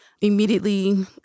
immediately